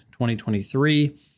2023